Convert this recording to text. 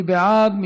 מי בעד?